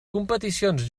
competicions